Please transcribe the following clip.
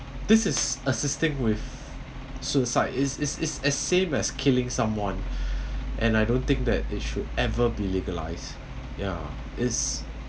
this is assisting with suicide is is is as same as killing someone and I don't think that it should ever be legalised ya is